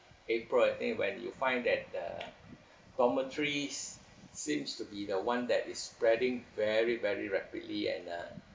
april I think when you find that the dormitories seems to be the one that is spreading very very rapidly and uh